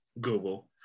Google